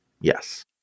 Yes